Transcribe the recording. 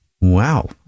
Wow